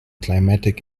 climatic